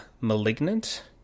malignant